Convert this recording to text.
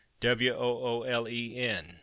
W-O-O-L-E-N